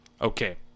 Okay